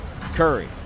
Curry